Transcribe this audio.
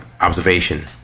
Observation